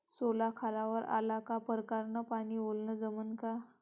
सोला खारावर आला का परकारं न पानी वलनं जमन का?